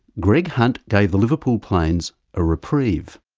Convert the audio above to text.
greg hunt gave the liverpool plains a reprieve.